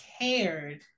cared